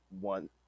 one